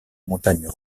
montagnes